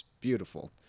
beautiful